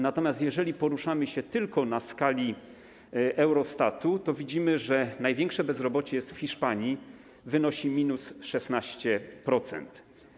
Natomiast jeżeli poruszamy się tylko w obrębie skali Eurostatu, to widzimy, że największe bezrobocie jest w Hiszpanii, wynosi 16%.